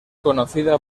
conocida